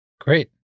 Great